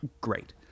Great